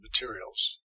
materials